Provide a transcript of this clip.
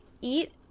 eat